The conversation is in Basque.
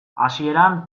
hasieran